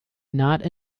not